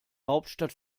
hauptstadt